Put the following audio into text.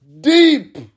deep